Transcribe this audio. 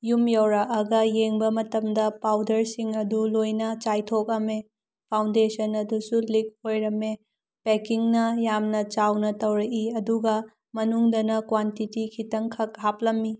ꯌꯨꯝ ꯌꯧꯔꯛꯑꯒ ꯌꯦꯡꯕ ꯃꯇꯝꯗ ꯄꯥꯎꯗ꯭ꯔꯁꯤꯡ ꯑꯗꯨ ꯂꯣꯏꯅ ꯆꯥꯏꯊꯣꯛꯑꯃꯃꯦ ꯐꯥꯎꯟꯗꯦꯁꯟ ꯑꯗꯨꯁꯨ ꯂꯤꯛ ꯑꯣꯏꯔꯝꯃꯦ ꯄꯦꯛꯀꯤꯡꯅ ꯌꯥꯝꯅ ꯆꯥꯎꯅ ꯇꯧꯔꯛꯏ ꯑꯗꯨꯒ ꯃꯅꯨꯡꯗꯅ ꯀ꯭ꯋꯥꯟꯇꯤꯇꯤ ꯈꯤꯇꯪꯍꯛ ꯍꯥꯞꯂꯝꯃꯤ